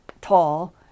tall